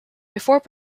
before